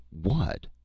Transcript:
what